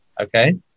Okay